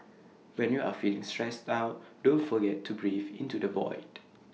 when you are feeling stressed out don't forget to breathe into the void